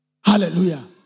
Hallelujah